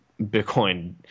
bitcoin